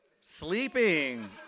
Sleeping